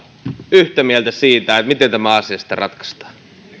yhtä mieltä siitä miten tämä asia sitten ratkaistaan